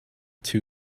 two